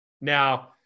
Now